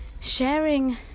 sharing